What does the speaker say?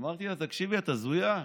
אמרתי לה: תקשיבי, את הזויה.